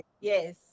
Yes